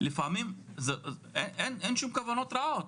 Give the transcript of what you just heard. לפעמים אין שום כוונות רעות,